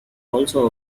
also